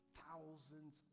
thousands